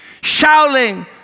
shouting